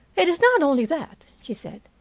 it was not only that, she said.